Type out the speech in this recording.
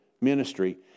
ministry